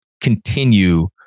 continue